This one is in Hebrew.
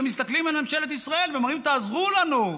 מסתכלים על ממשלת ישראל ואומרים: תעזרו לנו.